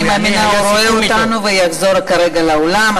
אני מאמינה שהוא רואה אותנו ויחזור כרגע לאולם.